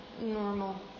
normal